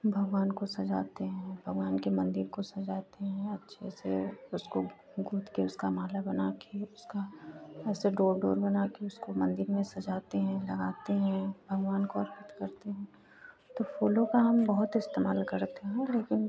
भगवान को सजाते हैं भगवान के मंदिर को सजाते हैं अच्छे से उसको गूँथ कर उसका माला बना कर उसका ऐसे डोर डोर बना कर उसको मंदिर में सजाते हैं लगाते हैं भगवान को अर्पित करते हैं तो फूलों का हम बहुत इस्तेमाल करते हैं लेकिन